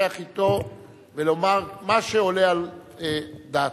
לשוחח אתו ולומר מה שעולה על דעתך.